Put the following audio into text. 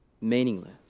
Meaningless